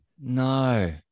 No